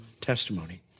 testimony